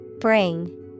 Bring